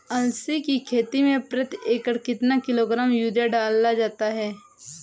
अलसी की खेती में प्रति एकड़ कितना किलोग्राम यूरिया डाला जाता है?